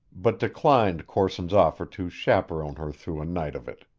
but declined corson's offer to chaperon her through a night of it.